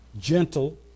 gentle